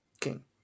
king